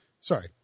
sorry